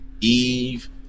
eve